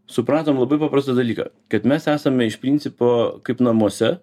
supratom labai paprastą dalyką kad mes esame iš principo kaip namuose